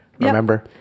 Remember